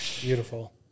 Beautiful